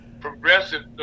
progressive